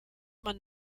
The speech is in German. man